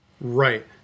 right